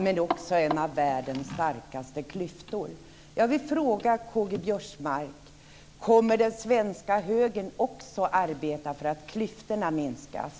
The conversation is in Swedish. Men där finns också klyftor som är bland de starkaste i världen. Jag vill fråga Göran Lennmarker: Kommer den svenska högern också att arbeta för att klyftorna minskas?